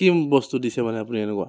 কি বস্তু দিছে মানে আপুনি এনেকুৱা